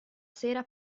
sera